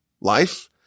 life